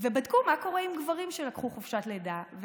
ובדקו מה קורה לגברים שלקחו חופשת לידה.